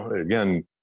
Again